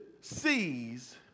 sees